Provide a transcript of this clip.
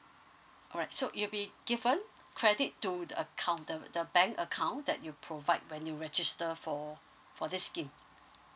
alright so you'll be given credit to the account the bank account that you provide when you register for for this scheme